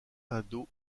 indo